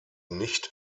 nicht